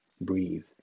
breathe